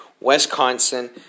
Wisconsin